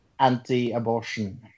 anti-abortion